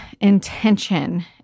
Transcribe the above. intention